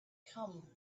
come